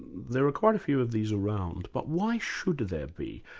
there are quite a few of these around, but why should there be?